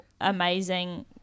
amazing –